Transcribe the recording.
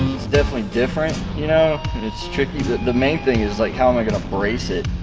it's definitely different you know and it's tricky that the main thing is like how am i gonna brace it?